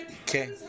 Okay